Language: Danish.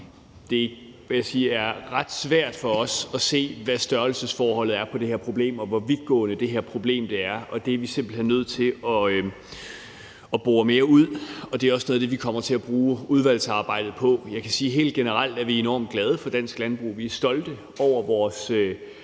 det er ret svært for os at se, hvad størrelsesforholdet på det her problem er, og hvor vidtgående det her problem er. Det er vi simpelt hen nødt til at bore mere ud, og det er også noget af det, vi kommer til at bruge udvalgsarbejdet på. Jeg kan sige, at vi helt generelt er enormt glade for dansk landbrug. Vi er stolte over vores